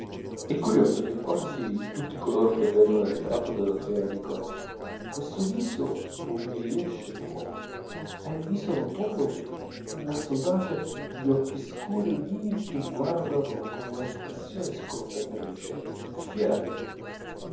è curioso che quasi tutti coloro che vedono il ritratto dello zola dicono questo viso non mi riesce nuovo ha il viso rotondo un naso audace gli occhi scuri e vivi che guardano con una espressione scrutatrice fieramente